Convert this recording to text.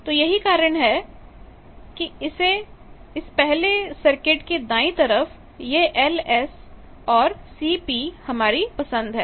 तो यही कारण है कि इस पहले सर्किट के दाएं तरफ यह Ls और Cp हमारी पसंद है